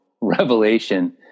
revelation